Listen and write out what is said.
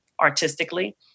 artistically